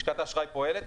לשכת האשראי פועלת,